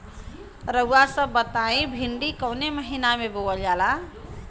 रउआ सभ बताई भिंडी कवने महीना में बोवल जाला?